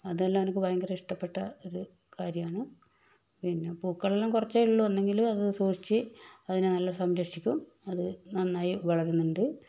അതെല്ലാം എനിക്ക് ഭയങ്കര ഇഷ്ട്ടപ്പെട്ട ഒരു കാര്യമാണ് പിന്നെ പൂക്കളെല്ലാം കുറച്ചേയുള്ളൂ എന്നെങ്കിലും അത് സൂക്ഷിച്ച് അതിനെ നല്ല സംരക്ഷിക്കും അത് നന്നായി വളരുന്നുണ്ട്